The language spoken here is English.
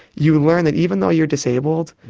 you learn that even though you are disabled,